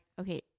Okay